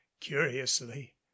curiously